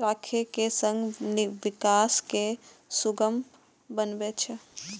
राखै के संग विकास कें सुगम बनबै छै